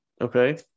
Okay